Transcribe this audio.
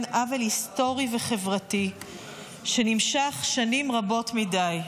עוול היסטורי וחברתי שנמשך שנים רבות מדי.